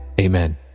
amen